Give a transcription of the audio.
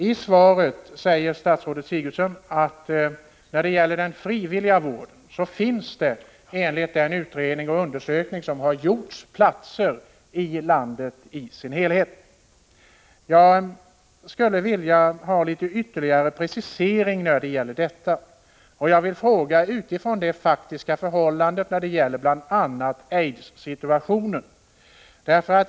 I svaret säger statsrådet Sigurdsen att det när det gäller den frivilliga vården, enligt den utredning och den undersökning som har gjorts, finns behandlingshemsplatser i landet i dess helhet. Jag skulle vilja ha ytterligare en liten precisering av detta. Jag vill därför framhålla följande, med utgångspunkt i de faktiska förhållandena beträffande bl.a. aidssituationen.